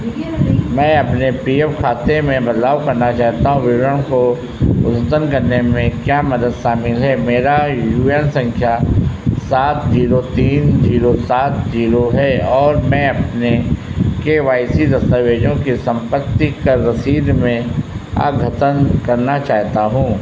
मैं अपने P F खाते में बदलाव करना चाहता हूँ विवरण को अद्यतन करने में क्या मदद शामिल है मेरी यू ए एन सँख्या सात ज़ीरो तीन ज़ीरो सात ज़ीरो है और मैं अपने के वाई सी दस्तावेज़ों के सम्पत्ति कर रसीद में अद्यतन करना चाहता हूँ